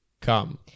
come